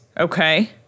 Okay